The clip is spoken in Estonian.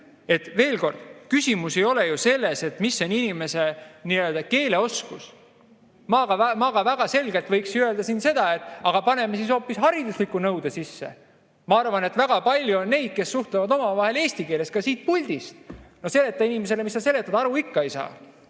et veel kord: küsimus ei ole ju selles, mis on inimese keeleoskus. Ma ka väga selgelt võiks ju öelda seda, et paneme siis hoopis haridusnõude sisse. Ma arvan, et väga palju on neid, kes suhtlevad omavahel eesti keeles ka siit puldist – no seleta inimesele, mis sa seletad, aru ikka ei saa. Nii